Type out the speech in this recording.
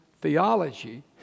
theology